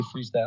freestyle